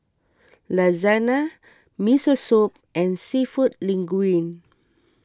Lasagna Miso Soup and Seafood Linguine